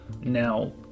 Now